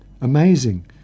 amazing